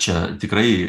čia tikrai